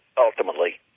ultimately